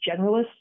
generalist